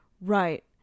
Right